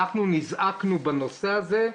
נזעקנו בנושא הזה.